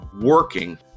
working